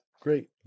Great